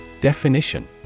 Definition